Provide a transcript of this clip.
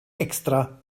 extra